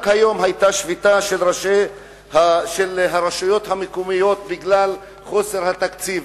רק היום היתה שביתה של הרשויות המקומיות בגלל חוסר התקציב.